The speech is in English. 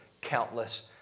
countless